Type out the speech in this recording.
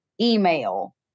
email